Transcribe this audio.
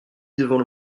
devant